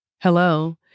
hello